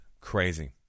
Crazy